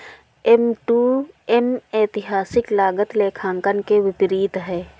M to M ऐतिहासिक लागत लेखांकन के विपरीत है